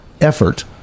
effort